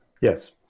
yes